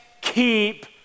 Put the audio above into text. keep